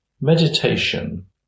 Meditation